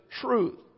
truth